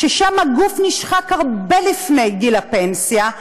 שבהן הגוף נשחק הרבה לפני גיל הפנסיה,